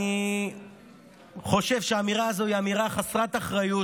אני חושב שהאמירה הזו היא אמירה חסרת אחריות.